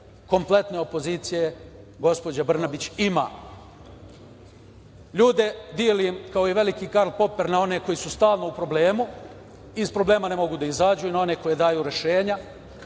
kompletne opozicije, gospođa Brnabić, ima. Ljude delim kao i veliki Karl Poper na one koji su stalno u problemu, iz problema ne mogu da izađu i na one koji daju rešenja.